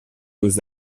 beaux